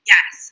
Yes